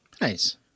Nice